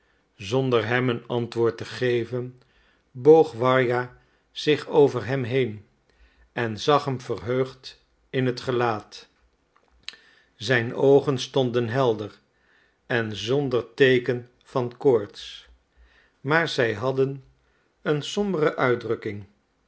zonder hem een antwoord te geven boog warja zich over hem heen en zag hem verheugd in het gelaat zijn oogen stonden helder en zonder teeken van koorts maar zij hadden een sombere uitdrukking